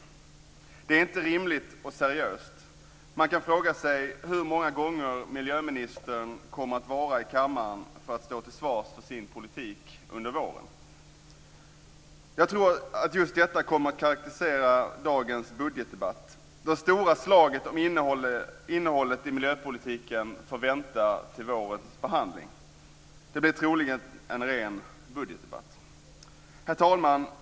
Detta är inte rimligt och seriöst. Man kan fråga sig hur många gånger som miljöministern kommer att vara i kammaren för att stå till svars för sin politik under våren. Jag tror att just detta kommer att karakterisera dagens budgetdebatt. Det stora slaget om innehållet i miljöpolitiken får vänta till vårens behandling. Detta blir troligen en ren budgetdebatt. Herr talman!